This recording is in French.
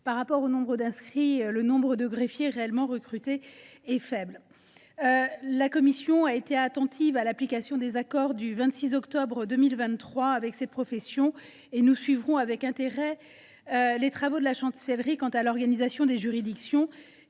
Par rapport au nombre d’inscrits, le nombre de greffiers réellement recrutés est faible ! La commission a été attentive, à cet égard, à l’application des accords du 26 octobre 2023. Nous suivrons avec intérêt les travaux de la Chancellerie quant à l’organisation des juridictions,